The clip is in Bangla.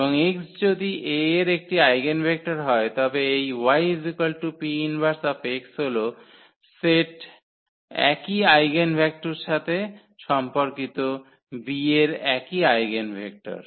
এবং x যদি A এর একটি আইগেনভেক্টর হয় তবে এই y𝑃−1x হল সেই একই আইগেনভ্যালুর সাথে সম্পর্কিত B এর একটি আইগেনভেক্টর